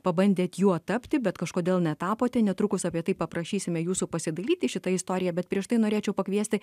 pabandėt juo tapti bet kažkodėl netapote netrukus apie tai paprašysime jūsų pasidalyti šita istorija bet prieš tai norėčiau pakviesti